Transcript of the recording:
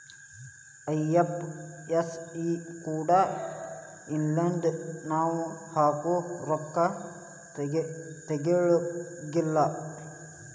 IFSC code ಇಲ್ಲನ್ದ್ರ ನಾವ್ ಹಾಕೊ ರೊಕ್ಕಾ ತೊಗೊಳಗಿಲ್ಲಾ